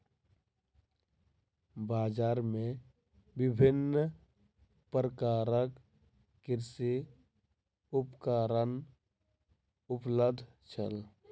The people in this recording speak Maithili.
बजार में विभिन्न प्रकारक कृषि उपकरण उपलब्ध छल